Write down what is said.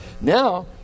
Now